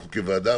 אנחנו כוועדה,